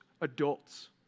adults